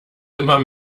immer